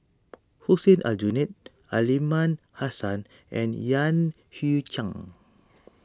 Hussein Aljunied Aliman Hassan and Yan Hui Chang